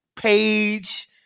page